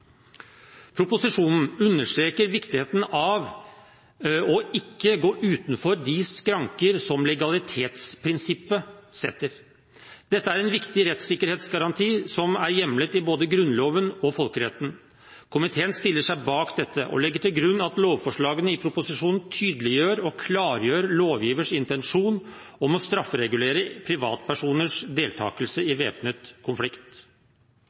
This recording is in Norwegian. Proposisjonen understreker viktigheten av ikke å gå utenfor de skranker som legalitetsprinsippet setter. Dette er en viktig rettssikkerhetsgaranti, som er hjemlet både i Grunnloven og folkeretten. Komiteen stiller seg bak dette og legger til grunn at lovforslagene i proposisjonen tydeliggjør og klargjør lovgivers intensjon om å strafferegulere privatpersoners deltakelse i væpnet konflikt.